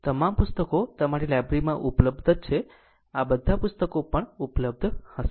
આ તમામ પુસ્તકો તમારી લાઇબ્રેરીમાં જ ઉપલબ્ધ છે આ બધા પુસ્તકો પણ ઉપલબ્ધ હશે